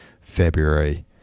February